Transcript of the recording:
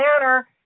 manner